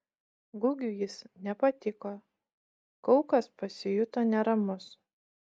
gugiui jis nepatiko kaukas pasijuto neramus